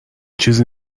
چیزی